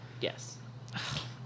yes